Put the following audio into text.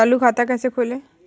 चालू खाता कैसे खोलें?